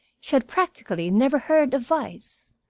she had practically never heard of vice.